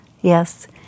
Yes